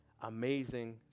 Amazing